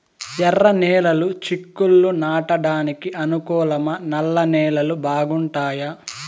ఎర్రనేలలు చిక్కుళ్లు నాటడానికి అనుకూలమా నల్ల నేలలు బాగుంటాయా